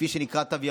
מה שנקרא "תו ירוק"